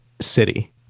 city